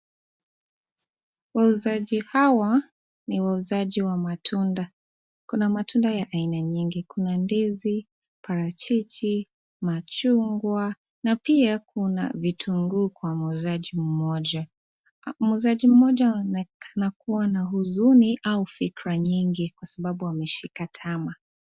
Wauzaji hawa ni wauzaji wa matunda kuna matunda ya aina nyingi, kuna ndizi, parachichi, machungwa na pia kuna vitunguu kwa muuzaji mmoja , muuzaji mmoja anaonekana kuwa na huzuni au fikra nyingi kwa sababu ameshika tama.